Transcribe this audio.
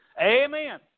Amen